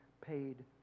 paid